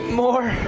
more